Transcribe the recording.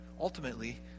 ultimately